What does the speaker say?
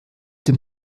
dem